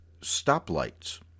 stoplights